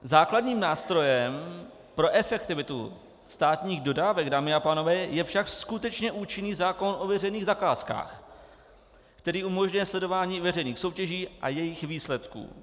Základním nástrojem pro efektivitu státních dodávek, dámy a pánové, je však skutečně účinný zákon o veřejných zakázkách, který umožňuje sledování veřejných soutěží a jejich výsledků.